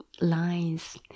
lines